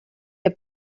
heb